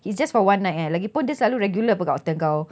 it's just for one night ah lagipun dia selalu regular kat hotel kau